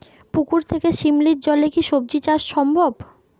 পুকুর থেকে শিমলির জলে কি সবজি চাষ সম্ভব?